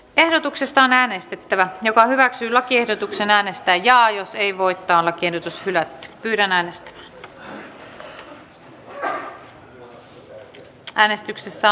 ehdotuksestaan äänestettävä joka hyväksyi lakiehdotuksen äänestää jaa jos ei voitane kiinnitysvillä selonteko hyväksyttiin